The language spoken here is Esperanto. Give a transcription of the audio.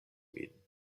min